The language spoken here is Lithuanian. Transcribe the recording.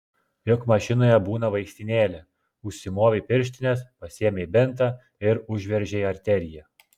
juk mašinoje būna vaistinėlė užsimovei pirštines pasiėmei bintą ir užveržei arteriją